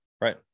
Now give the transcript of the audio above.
Right